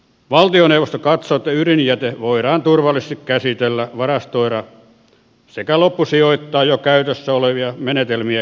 valtioneuvosto katsoo että ydinjäte voidaan turvallisesti käsitellä varastoida sekä loppusijoittaa jo käytössä olevia menetelmiä käyttäen